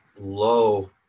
low